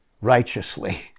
righteously